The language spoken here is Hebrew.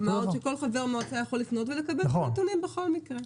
מה עוד שכל חבר מועצה יכול לפנות ולקבל את הנתונים בכל מקרה.